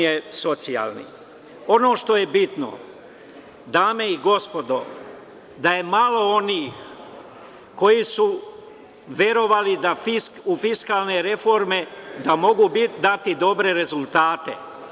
je bitno, dame i gospod, da je malo onih koji su verovali da u fiskalne reforme da mogu dati dobre rezultate.